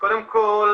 קודם כל,